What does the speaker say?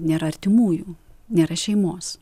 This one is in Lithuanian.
nėra artimųjų nėra šeimos